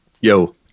Yo